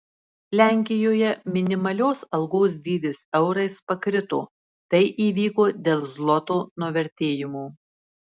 lenkijoje minimalios algos dydis eurais pakrito tai įvyko dėl zloto nuvertėjimo